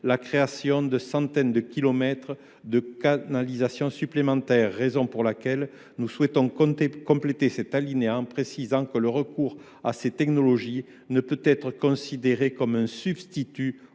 la création de centaines de kilomètres de canalisations supplémentaires. Il s’agit donc de compléter cet alinéa en précisant que le recours à ces technologies ne peut être considéré comme un substitut